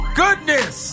goodness